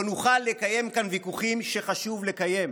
לא נוכל לקיים כאן ויכוחים שחשוב לקיים.